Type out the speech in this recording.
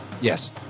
Yes